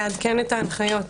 לעדכן את ההנחיות.